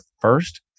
first